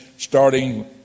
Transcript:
starting